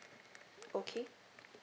okay